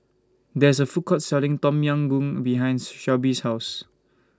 There IS A Food Court Selling Tom Yam Goong behind Shelbi's House